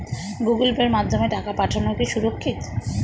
Google পের মাধ্যমে টাকা পাঠানোকে সুরক্ষিত?